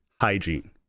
hygiene